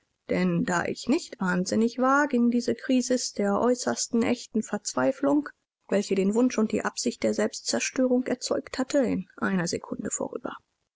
denn da ich nicht wahnsinnig war ging diese krisis der äußersten echten verzweiflung welche den wunsch und die absicht der selbstzerstörung erzeugt hatte in einer sekunde vorüber